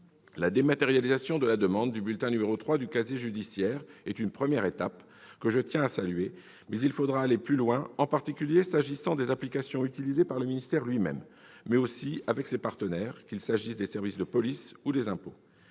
La dématérialisation de la demande du bulletin n° 3 du casier judiciaire est une première étape, que je tiens à saluer, mais il faudra aller plus loin, en particulier en ce qui concerne les applications utilisées par le ministère lui-même, mais aussi avec ses partenaires, qu'il s'agisse des services de police ou de ceux